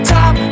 Top